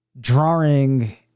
drawing